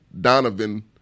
Donovan